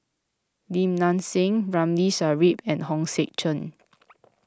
Lim Nang Seng Ramli Sarip and Hong Sek Chern